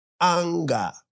Anger